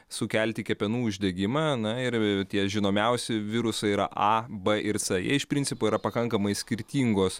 sukelti kepenų uždegimą na ir tie žinomiausi virusai yra a b ir c jie iš principo yra pakankamai skirtingos